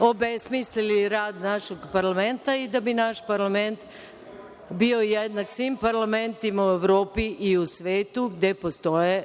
obesmislili rad našeg parlamenta i da bi naš parlament bio jednak svim parlamentima u Evropi i u svetu gde postoje